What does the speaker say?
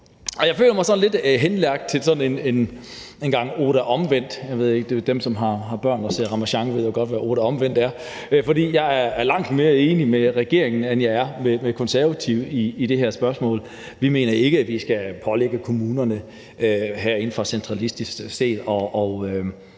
Jeg føler mig lidt hensat til sådan en gang »Oda Omvendt« – dem, som har børn og ser Ramasjang, ved godt, hvad »Oda Omvendt« er – for jeg er langt mere enig med regeringen, end jeg er med Konservative i det her spørgsmål. Vi mener ikke, at vi skal pålægge kommunerne herinde fra centralistisk hold